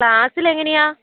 ക്ലാസ്സിൽ എങ്ങനെയാണ്